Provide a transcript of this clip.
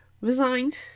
Resigned